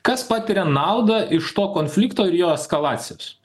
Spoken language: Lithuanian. kas patiria naudą iš to konflikto ir jo eskalacijos